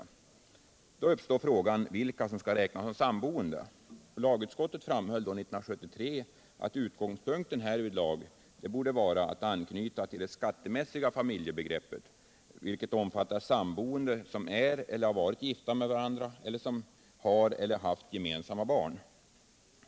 Då uppstår frågan vilka som skall räknas som samboende. Lagutskottet framhöll 1973 att utgångspunkten härvidlag borde vara att anknyta till det skattemässiga familjebegreppet, vilket omfattar samboende som är eller har varit gifta med varandra eller som har eller har haft gemensamma barn.